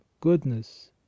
goodness